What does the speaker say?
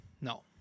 No